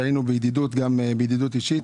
שהיינו בידידות אישית.